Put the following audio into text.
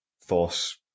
force